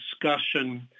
discussion